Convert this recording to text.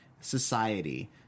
society